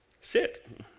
Sit